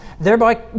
thereby